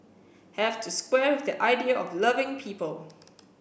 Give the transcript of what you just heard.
have to square with the idea of loving people